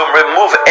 remove